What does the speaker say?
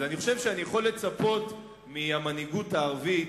אז אני חושב שאני יכול לצפות מהמנהיגות הערבית